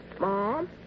Mom